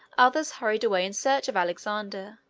others hurried away in search of alexander,